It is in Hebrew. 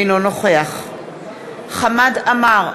אינו נוכח חמד עמאר,